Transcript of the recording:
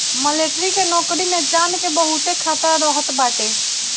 military के नोकरी में जान के बहुते खतरा रहत बाटे